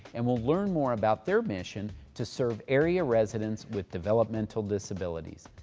and we'll learn more about their mission to serve area residents with developmental disabilities.